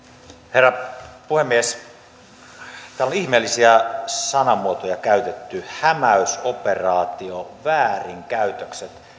herra puhemies täällä on ihmeellisiä sanamuotoja käytetty hämäysoperaatio väärinkäytökset